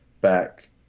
back